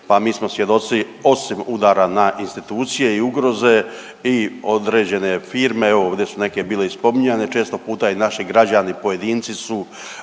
pa mi smo svjedoci, osim udara na institucije i ugroze i određene firme, evo, ovdje su neke bile i spominjane. Često puta i naši građani, pojedinci su